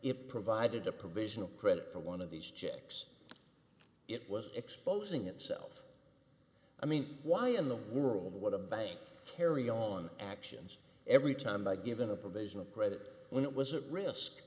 it provided a provisional credit for one of these chicks it was exposing itself i mean why in the world what a bank carry on actions every time i give them a provisional credit when it was a risk